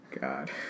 God